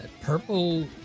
Purple